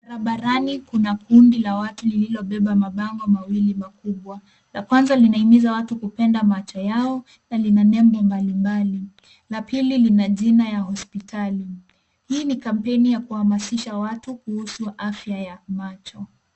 Barabarani kuna kundi la watu lililobeba mabango mawili makubwa. La kwanza linahimiza watu kupenda macho yao na lina nembo mbali mbali. La pili lina jina ya hospitali . Hii ni kampeni ya kuhamasisha watu kuhusu afya ya macho.